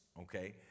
okay